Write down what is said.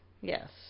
Yes